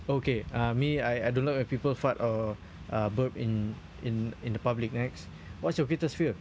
okay uh me I I don't like when people fart or uh burp in in in the public next what's your greatest fear